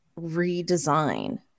redesign